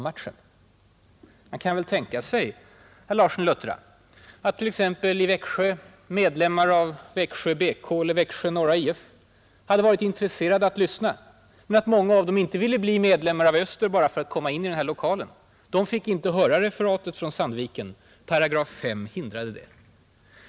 Man kan ju tänka sig, herr Larsson i Luttra, att medlemmar av Växjö BK eller Växjö Norra IF hade varit intresserade av att lyssna, men att många av dem inte ville bli medlemmar av Östers IF bara för att komma in i den här lokalen. De fick inte höra referatet från Sandviken. Paragraf 5 i radiolagen hindrade det.